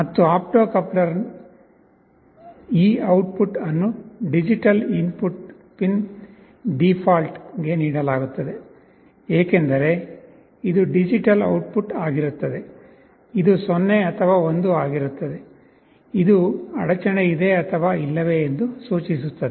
ಮತ್ತು ಆಪ್ಟೋ ಕಪ್ಲರ್ನ ಈ ಔಟ್ಪುಟ್ ಅನ್ನು ಡಿಜಿಟಲ್ ಇನ್ಪುಟ್ ಪಿನ್ ಡೀಫಾಲ್ಟ್ಗೆ ನೀಡಲಾಗುತ್ತದೆ ಏಕೆಂದರೆ ಇದು ಡಿಜಿಟಲ್ ಔಟ್ಪುಟ್ ಆಗಿರುತ್ತದೆ ಇದು 0 ಅಥವಾ 1 ಆಗಿರುತ್ತದೆ ಇದು ಅಡಚಣೆ ಇದೆ ಅಥವಾ ಇಲ್ಲವೇ ಎಂದು ಸೂಚಿಸುತ್ತದೆ